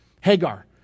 Hagar